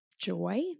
joy